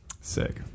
Sick